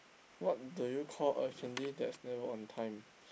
what do you call a candy that's never on time